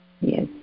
Yes